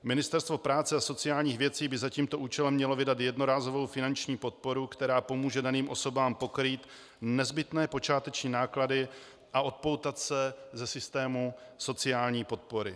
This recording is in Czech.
Ministerstvo práce a sociálních věcí by za tímto účelem mělo vydat jednorázovou finanční podporu, která pomůže daným osobám pokrýt nezbytné počáteční náklady a odpoutat se ze systému sociální podpory.